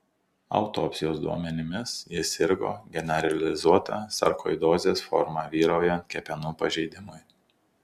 autopsijos duomenimis jis sirgo generalizuota sarkoidozės forma vyraujant kepenų pažeidimui